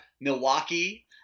Milwaukee